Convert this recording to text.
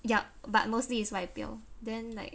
yup but mostly it's 外表 then like